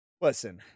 listen